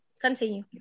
Continue